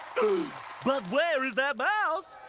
but where is that mouse?